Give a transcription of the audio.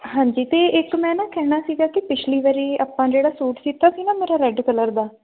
ਹਾਂਜੀ ਅਤੇ ਇੱਕ ਮੈਂ ਨਾ ਕਹਿਣਾ ਸੀਗਾ ਕਿ ਪਿਛਲੀ ਵਾਰੀ ਆਪਾਂ ਜਿਹੜਾ ਸੂਟ ਸੀਤਾ ਸੀ ਨਾ ਮੇਰਾ ਰੈਡ ਕਲਰ ਦਾ